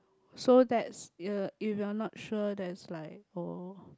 so that's uh if you are not sure that's like oh